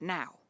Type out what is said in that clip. now